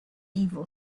evil